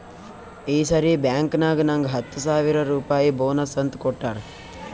ಈ ಸರಿ ಬ್ಯಾಂಕ್ನಾಗ್ ನಂಗ್ ಹತ್ತ ಸಾವಿರ್ ರುಪಾಯಿ ಬೋನಸ್ ಅಂತ್ ಕೊಟ್ಟಾರ್